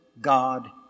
God